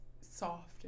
soft